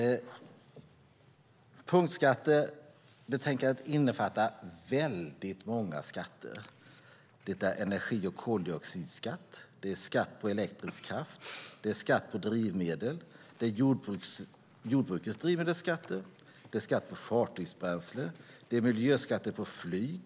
Punktskattebetänkandet innefattar många skatter. Det är energi och koldioxidskatt. Det är skatt på elektrisk kraft. Det är skatt på drivmedel. Det är jordbrukets drivmedelsskatter. Det är skatt på fartygsbränsle. Det är miljöskatter på flyg.